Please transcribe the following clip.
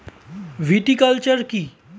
Viticulture কী?